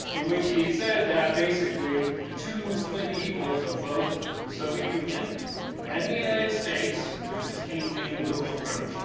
in which he had said that basically the two twin evils of both the soviet union and the united states, with its keynesian liberal approach,